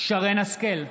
שרן מרים השכל,